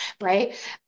right